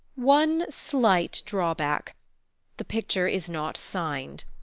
one slight drawback the picture is not signed.